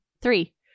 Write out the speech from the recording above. Three